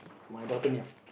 my daughter name